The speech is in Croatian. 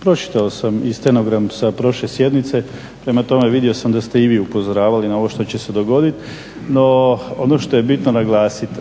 pročitao sam i stenogram sa prošle sjednice, prema tome vidio sam da ste i vi upozoravali na ovo što će se dogoditi, no ono što je bitno naglasiti,